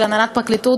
של הנהלת פרקליטות